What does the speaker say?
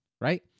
right